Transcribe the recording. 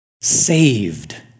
saved